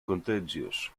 contagious